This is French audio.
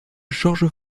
georges